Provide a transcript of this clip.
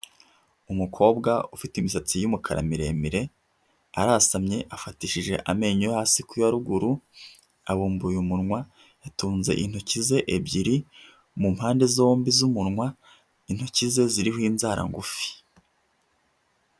Umukobwa ufite imisatsi y'umukara miremire, arasamye afatishije amenyo yo hasi ku ya ruguru abumbuye umunwa yatunze intoki ze ebyiri mu mpande zombi z'umunwa, intoki ze ziriho inzara ngufi.